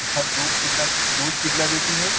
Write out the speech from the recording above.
sir दूध कितना दूध कितना देती है